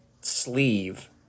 sleeve